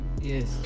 Yes